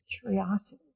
curiosity